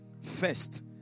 First